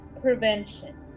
prevention